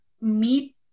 meet